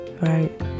right